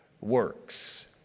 works